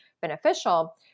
beneficial